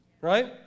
Right